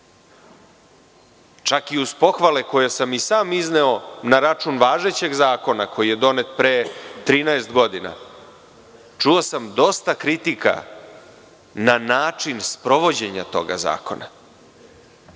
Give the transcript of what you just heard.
čak i uz pohvale, koje sam sam izneo na račun važećeg zakona, koji je donet pre 13 godina, čuo sam dosta kritika na način sprovođenja tog zakona,